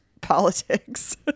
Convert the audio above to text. politics